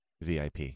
VIP